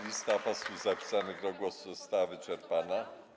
Lista posłów zapisanych do głosu została wyczerpana.